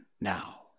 now